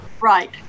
Right